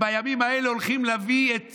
ובימים האלה הולכים להביא את